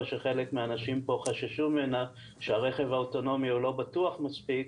שחלק מהאנשים פה חששו ממנה שהרכב האוטונומי לא בטוח מספיק,